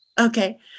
Okay